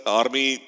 army